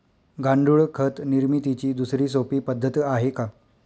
गांडूळ खत निर्मितीची दुसरी सोपी पद्धत आहे का?